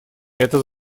эта